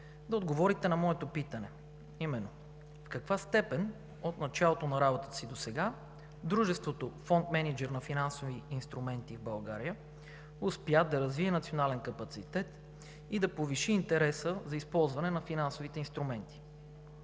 да отговорите на моето питане, а именно: в каква степен от началото на работата си досега дружеството „Фонд мениджър на финансови инструменти в България“ успя да развие национален капацитет и да повиши интереса за използване на финансовите инструменти?